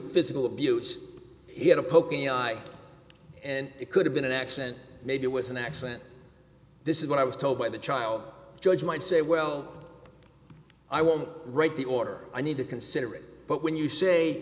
physical abuse it a poking i and it could have been an accident maybe it was an accident this is what i was told by the child judge might say well i won't write the order i need to consider it but when you say